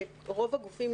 רוב הגופים,